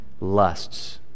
lusts